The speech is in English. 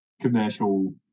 commercial